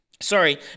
Sorry